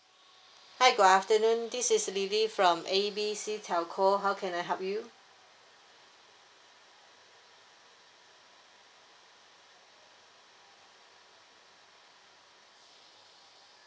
hi good afternoon this is lily from A B C telco how can I help you